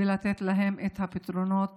וניתן להם את הפתרונות